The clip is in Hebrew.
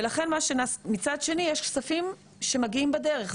ומצד שני יש כספים שמגיעים בדרך,